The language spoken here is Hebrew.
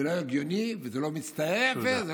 זה לא הגיוני וזה לא מצטייר יפה.